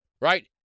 right